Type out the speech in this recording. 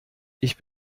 ich